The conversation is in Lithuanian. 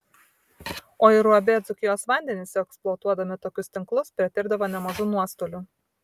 o ir uab dzūkijos vandenys eksploatuodami tokius tinklus patirdavo nemažų nuostolių